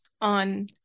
on